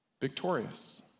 victorious